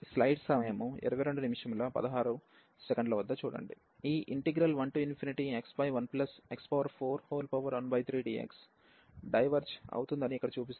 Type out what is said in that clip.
ఈ 1x 1x413dx diverge అవుతుందని ఇక్కడ చూపిస్తాము